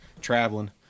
traveling